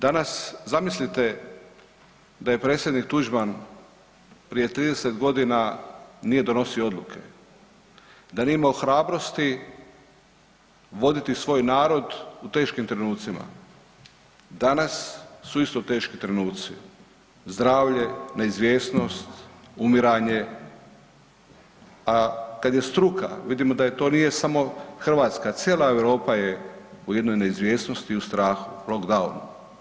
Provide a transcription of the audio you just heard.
Danas zamislite da je predsjednik Tuđman prije 30.g. nije donosio odluke, da nije imao hrabrosti voditi svoj narod u teškim trenucima, danas su isto teški trenuci, zdravlje, neizvjesnost, umiranje, a kad je struka, vidimo da je to nije samo Hrvatska, cijela Europa je u jednoj neizvjesnosti i u strahu lockdowna.